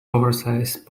oversized